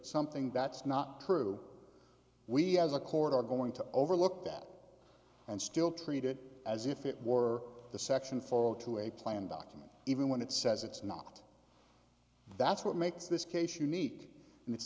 something that's not true we as a court are going to overlook that and still treated as if it were the section four to a plan document even when it says it's not that's what makes this case unique